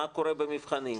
מה קורה במבחנים,